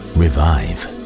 revive